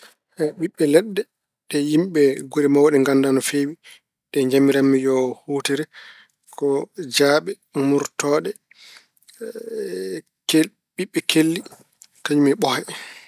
Ɓiɓɓe leɗɗe ɗe yimɓe gure mawɗe nganndaa no feewi ɗe njamiran mi yoo huutore ko jaaɓe, muurtooɗe, kel- ɓiɓɓe kelli, kañum e ɓoye.